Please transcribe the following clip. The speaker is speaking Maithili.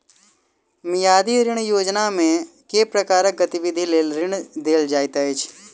मियादी ऋण योजनामे केँ प्रकारक गतिविधि लेल ऋण देल जाइत अछि